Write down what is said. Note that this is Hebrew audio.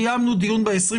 קיימנו דיון ב-25